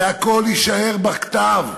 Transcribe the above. זה הכול יישאר בכתב.